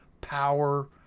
power